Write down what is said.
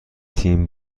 تیم